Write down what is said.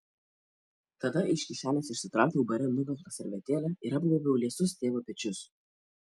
tada iš kišenės išsitraukiau bare nugvelbtą servetėlę ir apgaubiau liesus tėvo pečius